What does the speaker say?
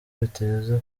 biteze